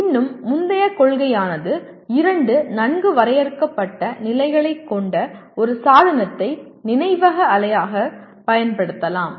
இன்னும் முந்தைய கொள்கையானது இரண்டு நன்கு வரையறுக்கப்பட்ட நிலைகளை கொண்ட ஒரு சாதனத்தை நினைவக அலையாகப் பயன்படுத்தலாம்